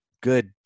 good